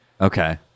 Okay